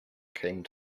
came